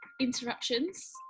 interruptions